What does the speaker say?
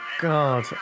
God